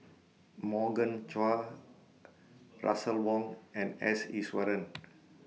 Morgan Chua Russel Wong and S Iswaran